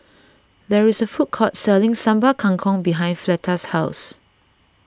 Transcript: there is a food court selling Sambal Kangkong behind Fleta's house